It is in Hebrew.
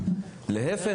להיפך,